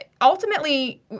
ultimately